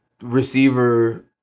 receiver